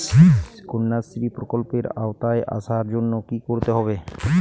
কন্যাশ্রী প্রকল্পের আওতায় আসার জন্য কী করতে হবে?